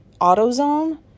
AutoZone